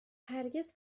هرگز